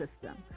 system